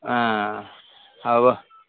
ஆ ஆ ஒ